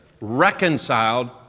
reconciled